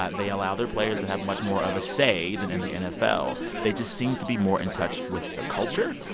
ah they allow their players to have much more of a say than in the nfl. they just seem to be more in touch with the culture.